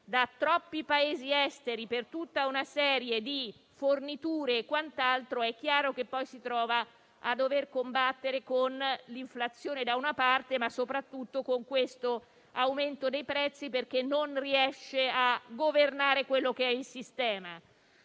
da troppi Paesi esteri per tutta una serie di forniture, è chiaro che poi si trova a dover combattere con l'inflazione da una parte, ma soprattutto con questo aumento dei prezzi, perché non riesce a governare il sistema.